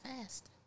fast